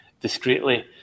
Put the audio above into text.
discreetly